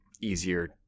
easier